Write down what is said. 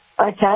okay